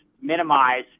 minimize